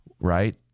right